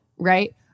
right